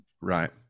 Right